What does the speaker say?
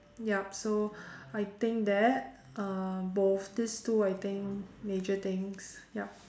yup so I think that uh both this two I think major things yup